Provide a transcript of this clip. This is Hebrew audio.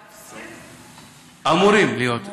בערוץ 20. אמורים להיות.